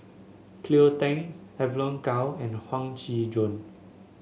Cleo Thang Evon Kow and Huang Shiqi Joan